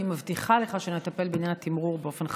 אני מבטיחה לך שנטפל בעניין התמרור באופן חד-משמעי.